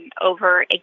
over